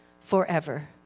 forever